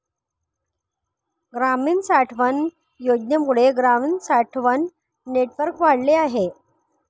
ग्रामीण साठवण योजनेमुळे ग्रामीण साठवण नेटवर्क वाढले आहे